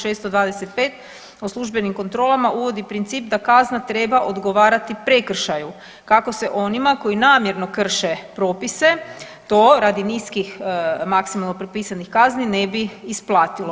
625 o službenim kontrolama uvodi princip da kazna treba odgovarati prekršaju kako se onima koji namjerno krše propise to radi niskih maksimalno propisanih kazni ne bi isplatilo.